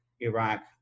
Iraq